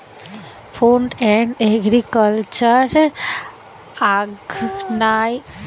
food and agriculture आर्गेनाईजेशनेर मुख्यालय इटलीर रोम शहरोत छे